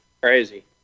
Crazy